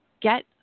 get